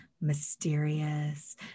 mysterious